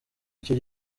icyo